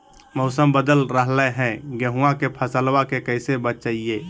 मौसम बदल रहलै है गेहूँआ के फसलबा के कैसे बचैये?